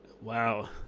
Wow